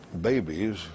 babies